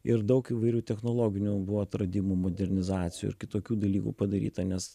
ir daug įvairių technologinių buvo atradimų modernizacijų ir kitokių dalykų padaryta nes